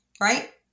right